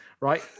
right